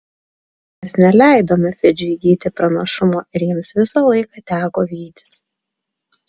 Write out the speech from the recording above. mes neleidome fidžiui įgyti pranašumo ir jiems visą laiką teko vytis